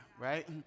right